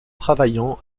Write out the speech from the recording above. travaillant